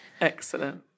Excellent